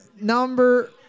number